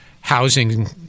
housing